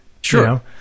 Sure